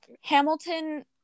Hamilton